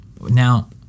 Now